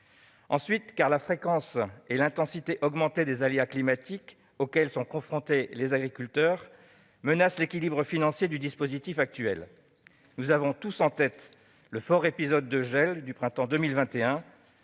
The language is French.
ailleurs, la fréquence et l'intensité des aléas climatiques auxquels sont confrontés les agriculteurs menacent l'équilibre financier du dispositif actuel. Nous avons tous en tête le fort épisode de gel du printemps 2021,